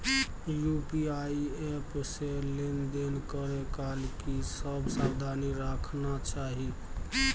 UPI app से लेन देन करै काल की सब सावधानी राखना चाही?